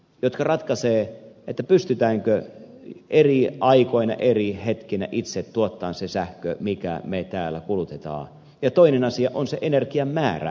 ne tehot jotka ratkaisevat pystytäänkö eri aikoina eri hetkinä itse tuottamaan se sähkö minkä me täällä kulutamme ja toinen asia on se energian määrä